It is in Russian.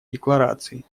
декларации